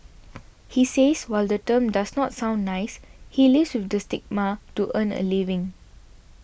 he says while the term does not sound nice he lives with the stigma to earn a living